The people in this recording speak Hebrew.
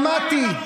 שמעתי.